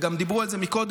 וגם דיברו על זה קודם.